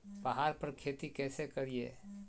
पहाड़ पर खेती कैसे करीये?